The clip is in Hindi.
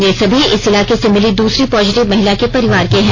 ये सभी इस इलाके से मिली दूसरी पॉजिटिव महिला के परिवार के हैं